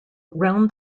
round